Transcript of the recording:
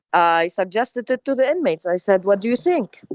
i suggested that to the inmates i said, what do you think? but